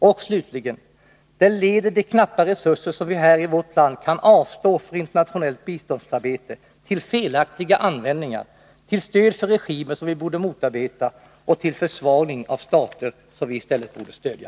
Och slutligen, det leder de knappa resurser som vi här i vårt land kan avstå för internationellt biståndsarbete till felaktiga användningar, till stöd för regimer som vi borde motarbeta och till försvagning av stater som vi i stället borde stödja.